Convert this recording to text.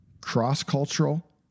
cross-cultural